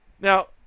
Now